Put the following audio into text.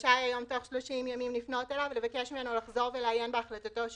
רשאי היום תוך 30 ימים לפנות אליו ולבקש ממנו לחזור ולעיין בהחלטתו שוב.